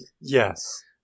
yes